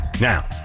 Now